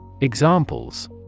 Examples